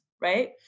right